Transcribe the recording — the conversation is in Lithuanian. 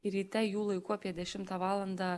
ir ryte jų laiku apie dešimtą valandą